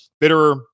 Bitterer